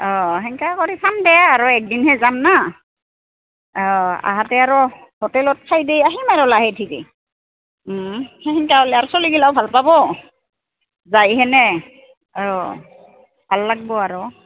অঁ সংকা কৰি চাম দে আৰু একদিনহে যাম না অঁ আহহাতে আৰু হোটেলত চাইডেই আহিম আৰু লাহে ঠিকে সেই সংকা হ'লে আৰু চলিগিলাও ভাল পাব যায়হেনে অঁ ভাল লাগব আৰু